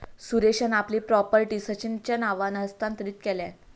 सुरेशान आपली प्रॉपर्टी सचिनच्या नावावर हस्तांतरीत केल्यान